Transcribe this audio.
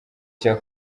cya